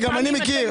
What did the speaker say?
גם אני מכיר.